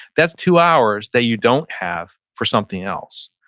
that's two hours that you don't have for something else.